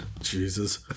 jesus